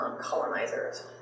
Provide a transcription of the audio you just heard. colonizers